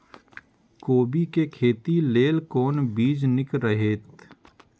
कोबी के खेती लेल कोन बीज निक रहैत?